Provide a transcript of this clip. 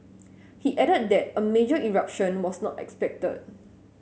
he added that a major eruption was not expected